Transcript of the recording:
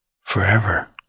forever